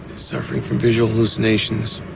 suffering from visual hallucinations,